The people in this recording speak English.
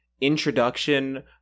introduction